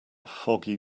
foggy